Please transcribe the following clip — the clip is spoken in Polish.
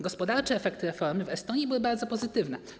Gospodarcze efekty reformy w Estonii były bardzo pozytywne.